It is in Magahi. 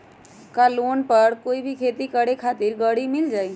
का लोन पर कोई भी खेती करें खातिर गरी मिल जाइ?